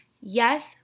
yes